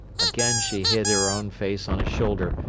again she hid her own face on his shoulder,